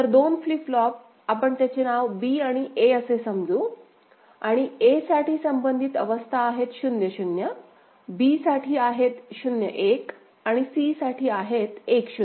तर 2 flip flop आपण त्याचे नाव B आणि A असे समजू आणि A साठी संबंधित अवस्था आहेत 0 0 B साठी आहेत 0 1 आणि c साठी आहेत 1 0